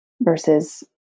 versus